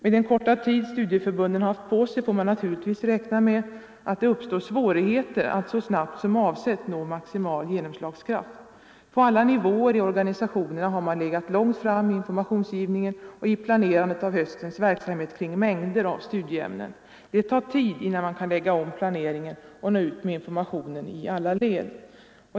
Med den korta tid studieförbunden har haft på sig får man naturligtvis räkna med att det uppstår svårigheter att så snabbt som avsetts nå maximal genomslagskraft. På alla nivåer i organisationerna har man legat långt fram i informationsgivningen och i planerandet av höstens verksamhet kring mängder av studieämnen. Det tar tid innan man kan lägga om planeringen och nå ut med informationen i alla led.